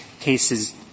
cases